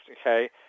okay